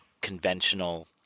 conventional